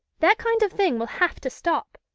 that kind of thing will have to stop.